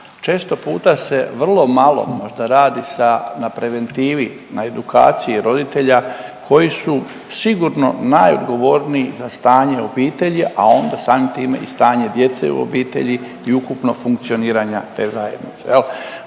Često puta se vrlo malo, možda radi sa, na preventivi, na edukaciji roditelja koji su sigurno najodgovorniji za stanje u obitelji, a onda samim time i stanje djece u obitelji i ukupno funkcioniranje te zajednice.